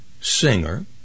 singer